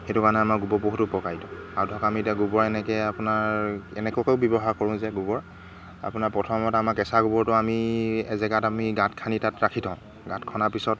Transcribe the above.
সেইটো কাৰণে আমাৰ গোবৰ বহুতো উপকাৰিতা আৰু ধৰক আমি এতিয়া গোবৰ এনেকৈ আপোনাৰ এনেকুৱাকৈও ব্যৱহাৰ কৰোঁ যে গোবৰ আপোনাৰ প্ৰথমতে আমাৰ কেঁচা গোবৰটো আমি এজেগাত আমি গাঁত খান্দি তাত ৰাখি থওঁ গাঁত খন্দাৰ পিছত